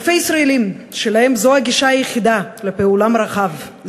אלפי ישראלים שלהם זו הגישה היחידה לעולם הרחב,